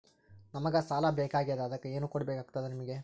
ನಮಗ ಸಾಲ ಬೇಕಾಗ್ಯದ ಅದಕ್ಕ ಏನು ಕೊಡಬೇಕಾಗ್ತದ ನಿಮಗೆ?